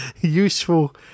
Useful